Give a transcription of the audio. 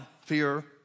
fear